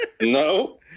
No